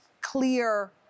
clear